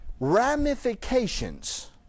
ramifications